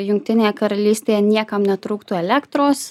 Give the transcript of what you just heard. jungtinėje karalystėje niekam netrūktų elektros